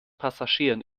passagieren